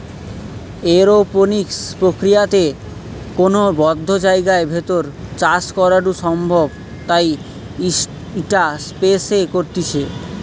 aeroponics প্রক্রিয়াতে কোনো বদ্ধ জায়গার ভেতর চাষ করাঢু সম্ভব তাই ইটা স্পেস এ করতিছে